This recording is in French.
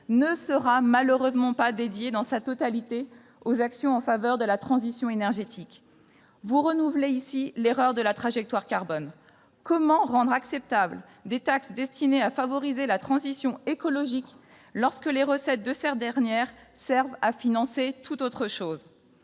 ne sera malheureusement pas dédiée dans sa totalité aux actions en faveur de la transition énergétique. Vous renouvelez ici l'erreur de la trajectoire carbone. Comment rendre acceptables des taxes destinées à favoriser la transition écologique lorsque les recettes de ces dernières servent à financer tout autre chose ?